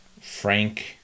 frank